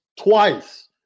twice